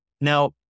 Now